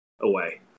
away